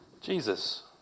Jesus